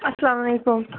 اسلام علیکُم